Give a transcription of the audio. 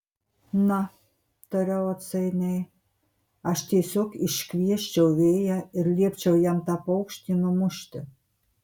na tariau atsainiai aš tiesiog iškviesčiau vėją ir liepčiau jam tą paukštį numušti